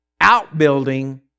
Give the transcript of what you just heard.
outbuilding